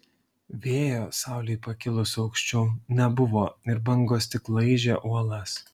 vėjo saulei pakilus aukščiau nebuvo ir bangos tik laižė uolas